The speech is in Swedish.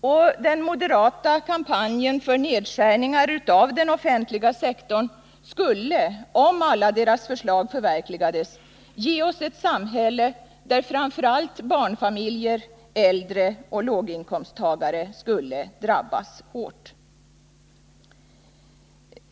Om alla förslag i moderaternas kampanj för nedskärningar av den offentliga sektorn förverkligades, skulle det ge oss ett samhälle där framför allt barnfamiljer, äldre och låginkomsttagare drabbades hårt.